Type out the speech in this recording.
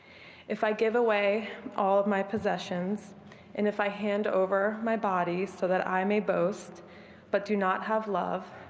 if i give away all of my possessions and if i hand over my bodies to so that i may boast but do not have love,